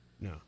No